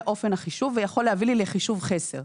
אופן החישוב ויכול להביא לי לחישוב חסר.